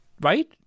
Right